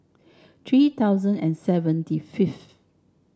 three thousand and seventy fifth